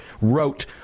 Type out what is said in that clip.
wrote